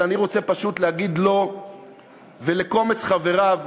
אלא אני רוצה פשוט להגיד לו ולקומץ חבריו,